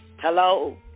Hello